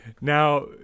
Now